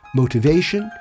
motivation